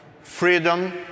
freedom